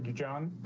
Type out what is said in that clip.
john.